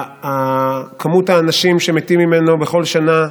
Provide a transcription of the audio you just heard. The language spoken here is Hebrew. מספר האנשים שמתים ממנו בכל שנה,